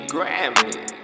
Grammy